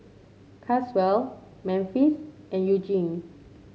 Caswell Memphis and Eugene